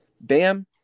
Bam